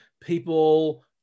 people